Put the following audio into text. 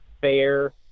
fair